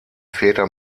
väter